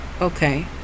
okay